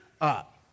up